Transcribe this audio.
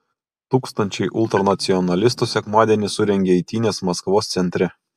tūkstančiai ultranacionalistų sekmadienį surengė eitynes maskvos centre